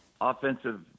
offensive